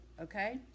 okay